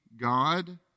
God